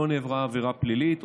לא נעברה עבירה פלילית,